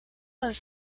was